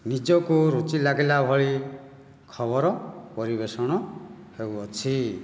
ନିଜକୁ ରୁଚି ଲାଗିଲା ଭଳି ଖବର ପରିବେଷଣ ହେଉଅଛି